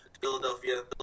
Philadelphia